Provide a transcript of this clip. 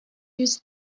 use